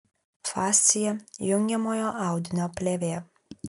fascija jungiamojo audinio plėvė